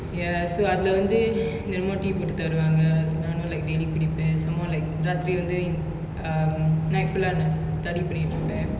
ya so அதுல வந்து தெனமு:athula vanthu thenamu tea போட்டு தருவாங்க நானு:poatu tharuvaanga naanu like daily குடிப்ப:kudipa somehow like ராத்திரி வந்து:raathiri vanthu in~ um night full ah nas~ study பன்னிட்டு இருப்பன்:pannitu irupan